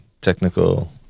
technical